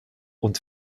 und